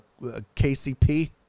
KCP